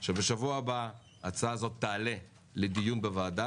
בשבוע הבא ההצעה הזו תעלה לדיון בוועדה